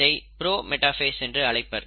இதை prometaphase என்றும் அழைப்பர்